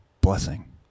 blessing